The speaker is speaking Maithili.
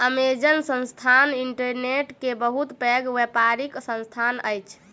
अमेज़न संस्थान इंटरनेट के बहुत पैघ व्यापारिक संस्थान अछि